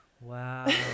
wow